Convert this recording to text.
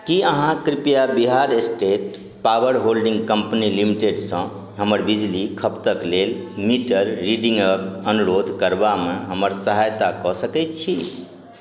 की अहाँ कृपया Bihar state power holding company लिमिटेडसँ हमर बिजली खपतक लेल मीटर रीडिंगक अनुरोध करबामे हमर सहायता कऽ सकैत छी